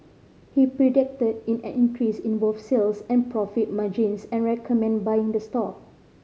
he predicted in an increase in both sales and profit margins and recommended buying the stock